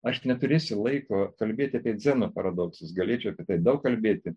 aš neturėsiu laiko kalbėti apie dzenono paradoksus galėčiau daug kalbėti